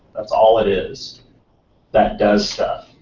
that's all it is that does stuff.